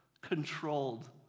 controlled